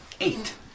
Eight